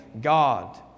God